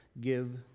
give